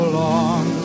long